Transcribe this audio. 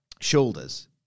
shoulders